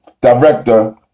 Director